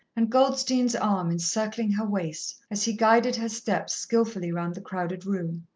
and goldstein's arm encircling her waist as he guided her steps skilfully round the crowded room.